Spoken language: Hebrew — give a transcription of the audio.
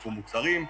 צרכו מוצרים,